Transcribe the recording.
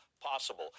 possible